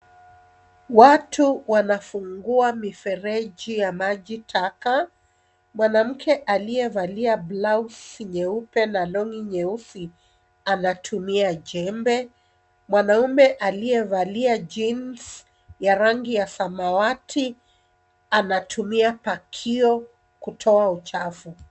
Watu wanafungua mifereji ya maji taka. Mwanamke aliyevalia blausi nyeupe na long'i nyeusi anatumia jembe. Mwanaume aliyevalia cs[jeans]cs ya rangi ya samawati anatumia pakio kutoa uchafu.